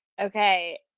Okay